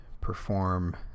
perform